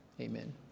Amen